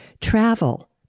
travel